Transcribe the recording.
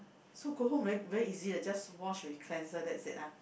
so go home very very easy leh just wash with cleanser that's it ah